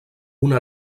una